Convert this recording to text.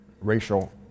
racial